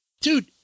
Dude